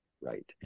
Right